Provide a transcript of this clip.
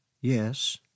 Yes